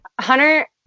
Hunter